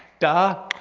da,